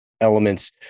elements